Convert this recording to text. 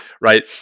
right